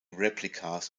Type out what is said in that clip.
replicas